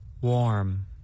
Warm